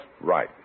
right